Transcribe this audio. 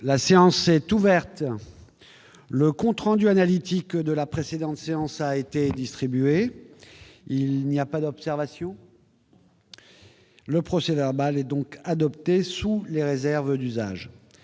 La séance est ouverte. Le compte rendu analytique de la précédente séance a été distribué. Il n'y a pas d'observation ?... Le procès-verbal est adopté sous les réserves d'usage.